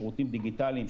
כולל שירותים דיגיטליים,